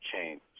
change